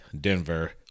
Denver